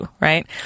right